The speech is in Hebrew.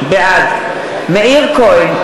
בעד מאיר כהן,